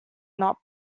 not